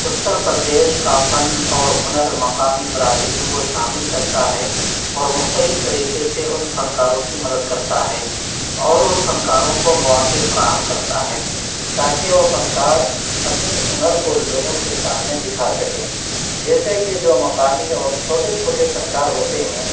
اتر پردیش کا فن اور ہنر مقامی برادریوں کو شامل کرتا ہے اور مختلف طریقے سے ان فنکاروں کی مدد کرتا ہے اور ان فنکاروں کو مواقع فراہم کرتا ہے تاکہ وہ فنکار اپنی ہنر کو لوگوں کے سامنے دکھا سکیں جیسے کہ جو مقامی اور چھوٹے چھوٹے فنکار ہوتے ہیں